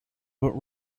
but